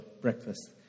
breakfast